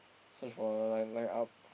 search for line line up